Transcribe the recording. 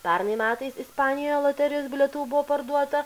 pernai metais ispanijoje loterijos bilietų buvo parduota